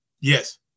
Yes